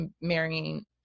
marrying